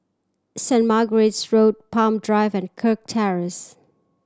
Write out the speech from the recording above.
Saint Margaret's Road Palm Drive and Kirk Terrace